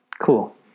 Cool